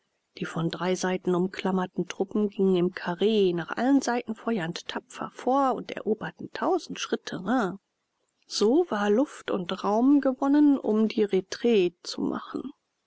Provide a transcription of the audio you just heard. die von drei seiten umklammerten truppen gingen im karree nach allen seiten feuernd tapfer vor und eroberten tausend schritte terrain so war luft und raum gewonnen um die retraite zu machen